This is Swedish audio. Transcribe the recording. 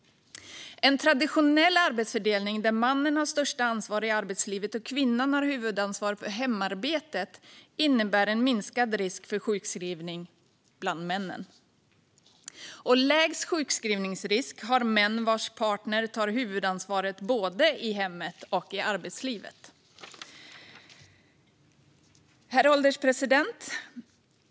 En traditionell arbetsfördelning där mannen har det största ansvaret i arbetslivet och kvinnan har huvudansvar för hemarbetet innebär en minskad risk för sjukskrivning - bland männen. Lägst sjukskrivningsrisk har män vars partner tar huvudansvaret både i hemmet och i arbetslivet. Herr ålderspresident!